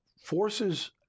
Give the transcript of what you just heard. forces